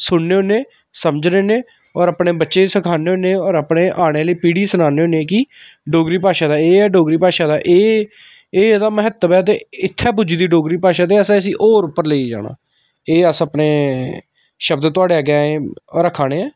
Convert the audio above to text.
सुनने होन्ने समझने होन्ने होर अपने बच्चें गी सखाने होन्ने होर अपने आने आह्ली पीढ़ी गी सनाने होन्ने कि डोगरी भाशा दा एह् ऐ डोगरी भाशा दा एह् एह् एह्दा म्हत्तव ऐ ते इत्थै पुज्जी दी डोगरी भाशा ते असें इसी होर उप्पर लेइयै जाना एह् अस अपने शब्द थोआढ़े अग्गें एह् रक्खै ने